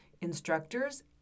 instructors